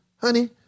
honey